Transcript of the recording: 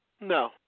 No